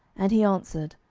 and he answered,